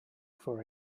for